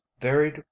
varied